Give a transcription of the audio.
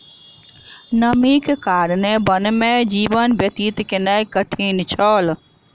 नमीक कारणेँ वन में जीवन व्यतीत केनाई कठिन छल